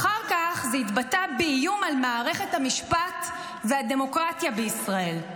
אחר כך זה התבטא באיום על מערכת המשפט והדמוקרטיה בישראל.